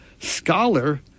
scholar